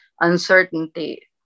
uncertainty